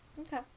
Okay